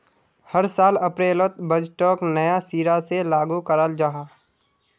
हर साल अप्रैलोत बजटोक नया सिरा से लागू कराल जहा